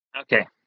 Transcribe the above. Okay